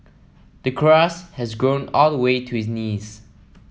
the grass has grown all the way to his knees